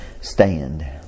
Stand